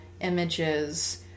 images